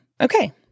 okay